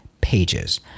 pages